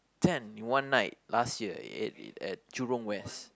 ten in one night last year I ate it at Jurong West